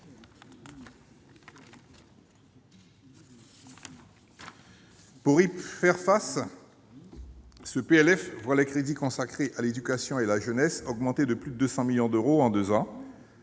Pour le relever, les crédits consacrés à l'éducation et à la jeunesse augmentent de plus de 200 millions d'euros en deux ans,